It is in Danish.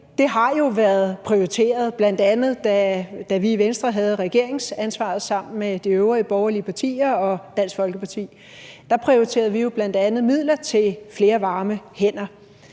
bl.a. været prioriteret, da Venstre havde regeringsansvaret sammen med de øvrige borgerlige partier og Dansk Folkeparti. Dengang prioriterede vi midler til flere varme hænder.